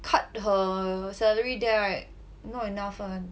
cut her salary there right not enough [one]